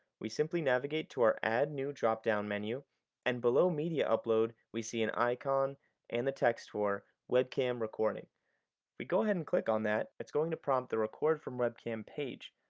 we simply navigate to our add new dropdown menu and below media upload, we see an icon and the text for webcam recording. if we go ahead and click on that, it's going to prompt the record from webcam page.